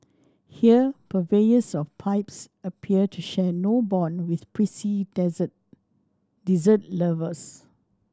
here purveyors of pipes appear to share no bond with prissy dessert lovers